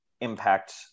impact